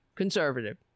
conservative